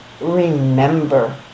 remember